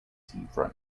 seafront